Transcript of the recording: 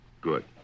Good